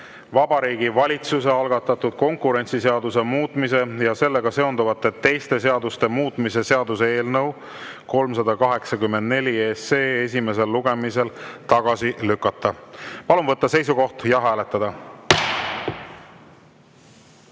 Vabariigi Valitsuse algatatud konkurentsiseaduse muutmise ja sellega seonduvalt teiste seaduste muutmise seaduse eelnõu 384 esimesel lugemisel tagasi lükata. Palun võtta seisukoht ja hääletada!